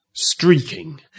Streaking